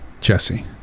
Jesse